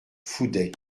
fouday